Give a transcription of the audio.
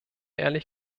ehrlich